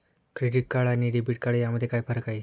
Credit card आणि debit card यामध्ये काय फरक आहे?